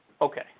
Okay